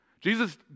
Jesus